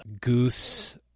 goose